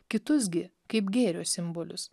kitus gi kaip gėrio simbolius